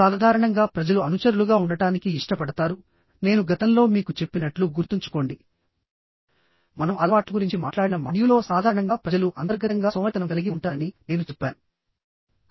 సాధారణంగా ప్రజలు అనుచరులుగా ఉండటానికి ఇష్టపడతారు నేను గతంలో మీకు చెప్పినట్లు గుర్తుంచుకోండి మనం అలవాట్ల గురించి మాట్లాడిన మాడ్యూల్లో సాధారణంగా ప్రజలు అంతర్గతంగా సోమరితనం కలిగి ఉంటారని నేను చెప్పాను